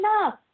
enough